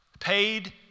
Paid